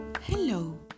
Hello